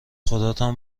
خداتم